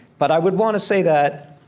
but i would want to say that,